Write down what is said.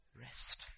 rest